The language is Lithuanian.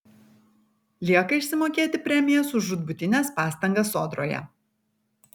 lieka išsimokėti premijas už žūtbūtines pastangas sodroje